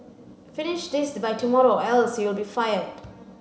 finish this by tomorrow or else you'll be fired